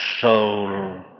soul